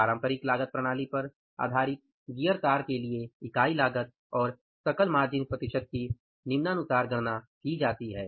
पारंपरिक लागत प्रणाली पर आधारित गियर तार के लिए इकाई लागत और सकल मार्जिन प्रतिशत की निम्नानुसार गणना की जाती है